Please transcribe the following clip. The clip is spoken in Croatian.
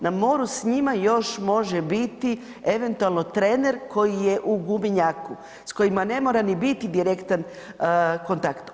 Na moru s njima još može biti eventualno trener koji je u gumenjaku, s kojima ne mora ni biti direktan kontakt.